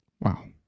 Wow